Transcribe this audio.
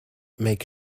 make